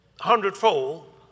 hundredfold